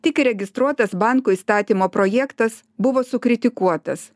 tik įregistruotas bankų įstatymo projektas buvo sukritikuotas